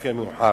לפי המאוחר.